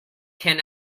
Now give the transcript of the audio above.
can